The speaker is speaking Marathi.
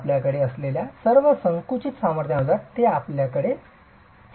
आपल्याकडे असलेल्या सर्व संकुचित सामर्थ्यानुसार आपण हे सातत्याने पाहू शकता